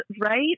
right